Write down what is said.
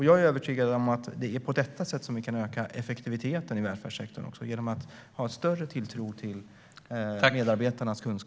Jag är övertygad om att vi på det sättet, genom att ha en större tilltro till medarbetarnas kunskap, kan öka effektiviteten i välfärdssektorn.